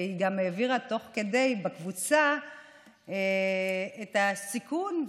והיא גם העבירה תוך כדי בקבוצה את הסיכון,